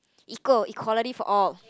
equal equality for all